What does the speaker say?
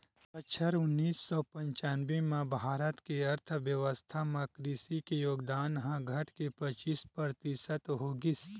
बछर उन्नीस सौ पंचानबे म भारत के अर्थबेवस्था म कृषि के योगदान ह घटके पचीस परतिसत हो गिस